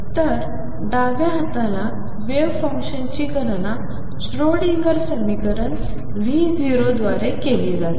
तर डाव्या हाताला वेव्ह फंक्शनची गणना श्रोडिंगर समीकरण V0 द्वारे केली जाते